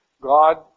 God